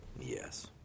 yes